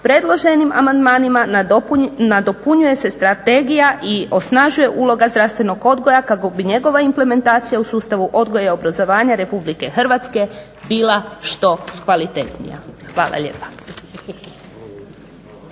predloženim amandmanima nadopunjuje se strategija i osnažuje uloga zdravstvenog odgoja kako bi njegova implementacija u sustavu odgoja i obrazovanja RH bila što kvalitetnija. Hvala lijepa.